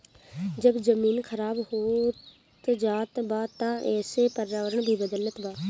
जब जमीन खराब होत जात बा त एसे पर्यावरण भी बदलत बा